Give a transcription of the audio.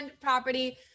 property